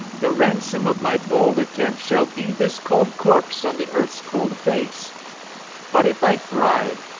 the ransom of my bold attempt shall be this cold corpse on the earth's cold face but if i thrive,